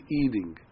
eating